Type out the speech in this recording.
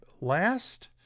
last